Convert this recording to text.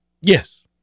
Yes